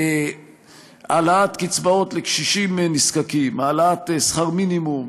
העלאת קצבאות לקשישים נזקקים, העלאת שכר המינימום.